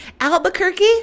Albuquerque